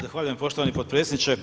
Zahvaljujem poštovani potpredsjedniče.